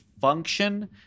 function